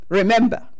remember